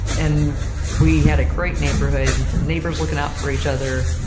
and we had a great neighborhood, neighbors looking out for each other.